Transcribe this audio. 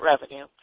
revenue